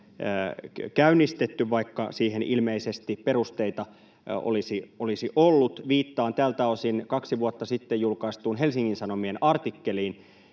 käynnistetty, vaikka siihen ilmeisesti perusteita olisi ollut: Viittaan tältä osin kaksi vuotta sitten julkaistuun Helsingin Sanomien artikkeliin,